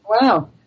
Wow